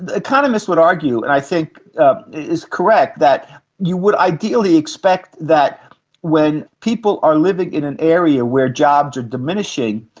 economists would argue and i think ah it's correct that you would ideally expect that when people are living in an area where jobs are diminishing,